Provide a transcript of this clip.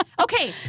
Okay